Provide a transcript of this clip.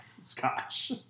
scotch